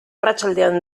arratsaldean